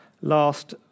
last